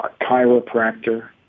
chiropractor